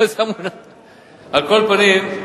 על כל פנים,